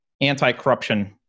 anti-corruption